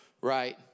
right